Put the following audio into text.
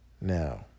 Now